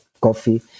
coffee